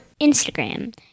Instagram